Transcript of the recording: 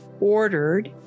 ordered